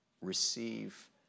receive